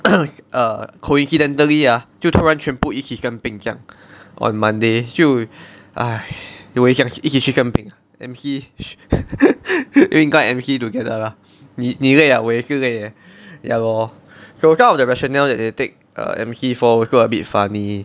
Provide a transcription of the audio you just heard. err coincidentally ah 就突然全部一起跟生病这样 on monday 就 !hais! 我也想一起去生病 then M_C 应该 M_C together lah 你你累 ah 我也是累 leh ya lor so some of the rationale that they take err M_C for also a bit funny